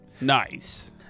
nice